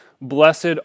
Blessed